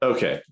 Okay